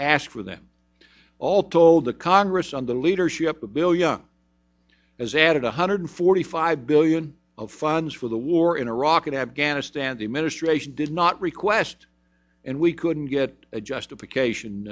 ask for them all told the congress on the leadership the bill young as added one hundred forty five billion of funds for the war in iraq and afghanistan the administration did not request and we couldn't get a justification